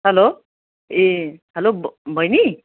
hello ए hello ब बहिनी